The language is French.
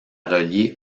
relier